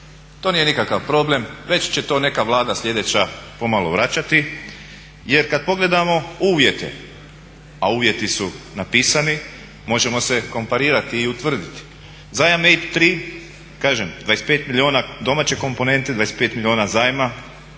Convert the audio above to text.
to nije nikakav problem, već će to neka Vlada sljedeća pomalo vraćati. Jer kad pogledamo uvjete, a uvjeti su napisani, možemo se komparirati i utvrditi, zajam EIB 3 kažem 25 milijuna domaće komponente, 25 milijuna zajma